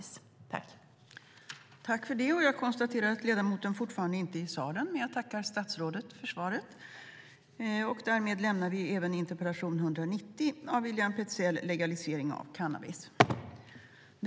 Förste vice talmannen konstaterade att interpellanten inte var närvarande i kammaren och förklarade överläggningen avslutad.